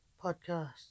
podcast